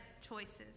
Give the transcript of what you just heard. choices